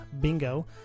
Bingo